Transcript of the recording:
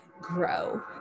grow